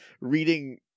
reading